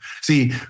See